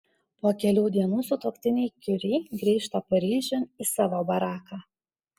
po kelių dienų sutuoktiniai kiuri grįžta paryžiun į savo baraką